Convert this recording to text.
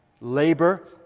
labor